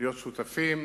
להיות שותפים,